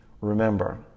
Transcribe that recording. Remember